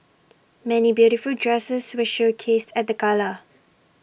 many beautiful dresses were showcased at the gala